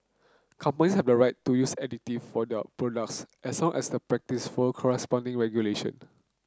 companies have the right to use additive for products as long as the practice follow corresponding regulation